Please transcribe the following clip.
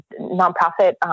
nonprofit